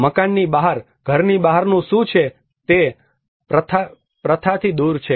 મકાનની બહાર ઘરની બહારનું શું છે તે પ્રશ્નાથી દૂર છે